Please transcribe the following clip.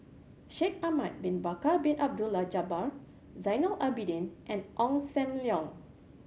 Shaikh Ahmad Bin Bakar Bin Abdullah Jabbar Zainal Abidin and Ong Sam Leong